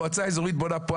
המועצה האיזורית בונה פה,